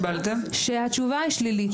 בהזדמנות- -- שהתשובה היא שלילית.